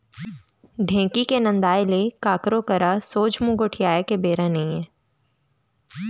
ढेंकी के नंदाय ले काकरो करा सोझ मुंह गोठियाय के बेरा नइये